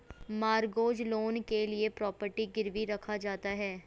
mortgage loan के लिए property गिरवी रखा जाता है